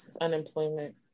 unemployment